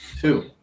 Two